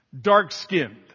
dark-skinned